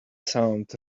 sound